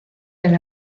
del